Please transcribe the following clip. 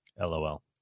LOL